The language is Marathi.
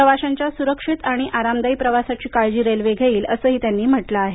प्रवाशांच्या सुरक्षित आणि आरामदायी प्रवासाची काळजी रेल्वे घेईल असंही त्यांनी म्हटलं आहे